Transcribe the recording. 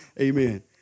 Amen